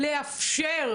כדי לאפשר,